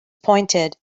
appointed